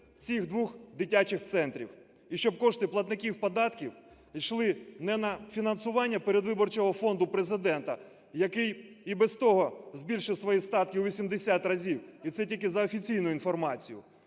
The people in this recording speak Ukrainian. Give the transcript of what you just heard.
цих двох дитячих центрів, і щоб кошти платників податків йшли не на фінансування передвиборчого фонду Президента, який і без того збільшив свої статки у 80 разів, і це тільки за офіційною інформацією,